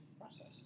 process